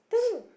then